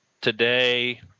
Today